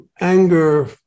anger